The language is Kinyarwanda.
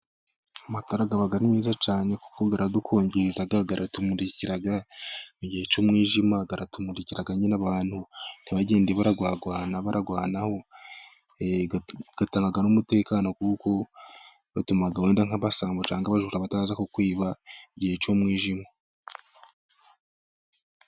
Amatara aba ari meza cyane kuko aradukongereza, atumurikira mu gihe cy'umwijima. Aratumurikira nyine abantu ntibagende bagwagwana bagwanaho. Atanga n'umutekano kuko atuma abajura bataza kukwiba mu gihe cy'umwijima.